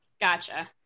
Gotcha